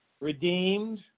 redeemed